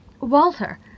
Walter